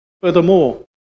Furthermore